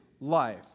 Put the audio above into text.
life